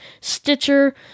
Stitcher